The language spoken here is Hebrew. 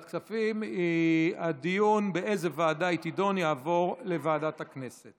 התשפ"ב 2022, לוועדה שתקבע ועדת הכנסת